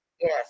Yes